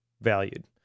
valued